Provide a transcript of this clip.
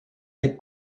les